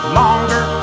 longer